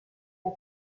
der